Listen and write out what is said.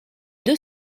deux